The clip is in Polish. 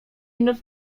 minut